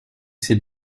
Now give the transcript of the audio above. ces